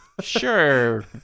sure